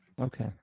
Okay